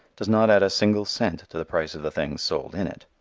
does not add a single cent to the price of the things sold in it.